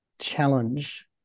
challenge